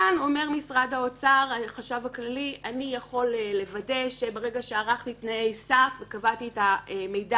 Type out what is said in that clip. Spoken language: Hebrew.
כאן אומר משרד האוצר: ברגע שקבעתי בתנאי הסף את המידע